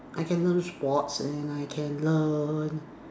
I can learn sports and I can learn